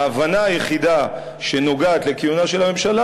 ההבנה היחידה שנוגעת לכינונה של הממשלה